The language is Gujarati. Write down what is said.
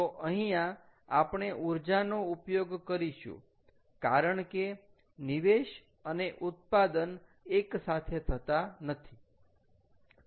તો અહીંયા આપણે ઊર્જાનો ઉપયોગ કરીશું કારણ કે નિવેશ અને ઉત્પાદન એક સાથે થતા નથી